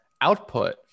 output